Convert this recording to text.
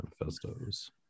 manifestos